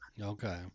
Okay